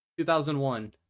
2001